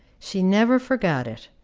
she never forgot it,